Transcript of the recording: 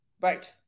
right